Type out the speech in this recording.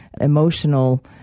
emotional